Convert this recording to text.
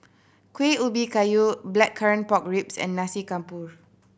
Kueh Ubi Kayu Blackcurrant Pork Ribs and Nasi Campur